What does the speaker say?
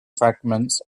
fragments